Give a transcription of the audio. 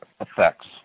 effects